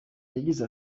yagize